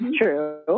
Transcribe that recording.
true